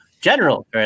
General